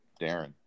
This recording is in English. Darren